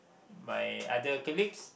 my other colleagues